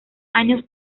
años